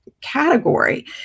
category